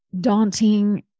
daunting